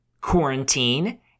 quarantine